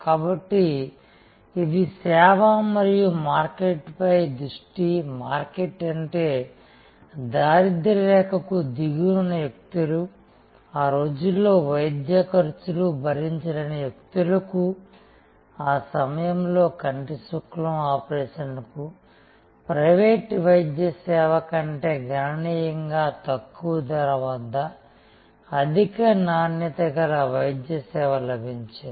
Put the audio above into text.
కాబట్టి ఇది సేవ మరియు మార్కెట్ పై దృష్టి మార్కెట్ అంటే దారిద్య్రరేఖకు దిగువన ఉన్న వ్యక్తులు ఆ రోజుల్లో వైద్య ఖర్చులు భరించలేని వ్యక్తులకు ఆ సమయంలో కంటిశుక్లం ఆపరేషన్ కు ప్రైవేట్ వైద్య సేవ కంటే గణనీయంగా తక్కువ ధర వద్ద అధిక నాణ్యత గల వైద్య సేవ లభించింది